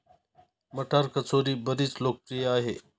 मटार कचोरी बरीच लोकप्रिय आहे